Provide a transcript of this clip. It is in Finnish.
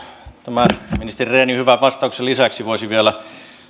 tämän ministeri rehnin hyvän vastauksen lisäksi voisi vielä